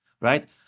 right